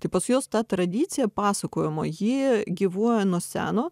tai pas juos ta tradicija pasakojimo ji gyvuoja nuo seno